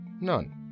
None